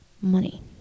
money